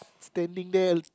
standing there